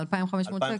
2,500 שקלים.